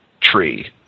tree